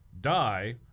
die